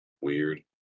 Weird